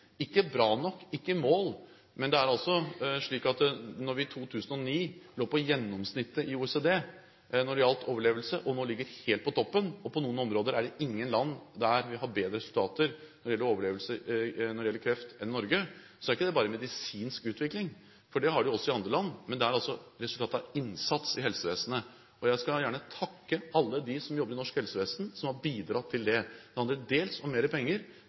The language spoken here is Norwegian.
ikke bra nok, vi er ikke i mål, men det er slik at når vi i 2009 lå på gjennomsnittet i OECD når det gjaldt overlevelse, og nå ligger helt på toppen – og på noen områder er det ingen land som har bedre resultater når det gjelder kreft, enn Norge – er ikke det bare snakk om medisinsk utvikling, for det har de også i andre land, men det er resultat av innsats i helsevesenet. Jeg skal gjerne takke alle dem som jobber i norsk helsevesen, som har bidratt til det. Det handler dels om mer penger,